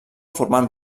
formant